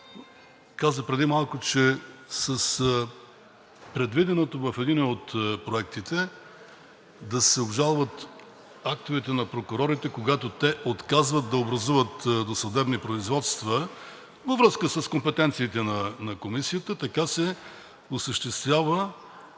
каза преди малко, че с предвиденото в единия от проектите да се обжалват актовете на прокурорите, когато те отказват да образуват досъдебни производства във връзка с компетенциите на Комисията, така се осъществява